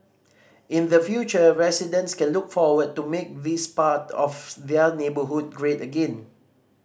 in the future residents can look forward to make this part of their neighbourhood great again